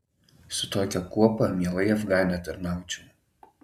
su tokia kuopa mielai afgane tarnaučiau